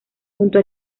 junto